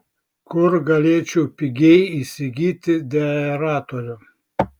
kur galėčiau pigiai įsigyti deaeratorių